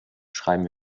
schreiben